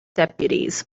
deputies